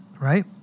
right